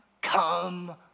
come